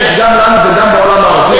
שיש גם לנו וגם בעולם הערבי.